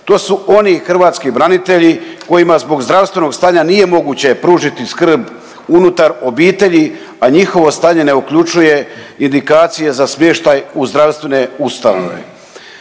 To su oni hrvatski branitelji kojima zbog zdravstvenog stanja nije moguće pružiti skrb unutar obitelji, a njihovo stanje ne uključuje indikacije za smještaj u zdravstvene ustanove.